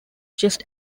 just